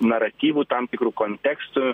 naratyvų tam tikrų kontekstų